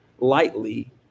lightly